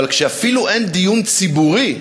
אבל כשאפילו אין דיון ציבורי,